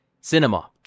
cinema